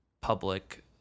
public